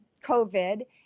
COVID